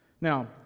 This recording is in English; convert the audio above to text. Now